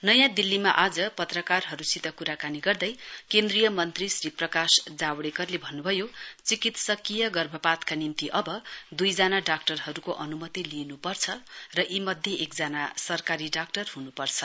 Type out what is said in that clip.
नयाँ दिल्लीमा आज पत्रकारहरुसित कुराकानी गर्दै केन्द्रीय मन्त्री श्री प्रकाश जावड़ेकरले भन्नुभयो चिकित्सीय गर्भपातका निम्ति अव दुइजना डाक्टरहरुको अनुमति लिइनुपर्छ र यीमध्ये एकजना सरकारी डाक्टर हुनुपर्छ